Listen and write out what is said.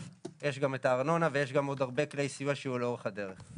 יש גם את הארנונה ויש גם עוד הרבה כלי סיוע שיהיו לאורך הדרך.